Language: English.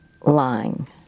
lying